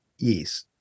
Yes